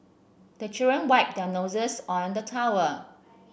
the children wipe their noses on the towel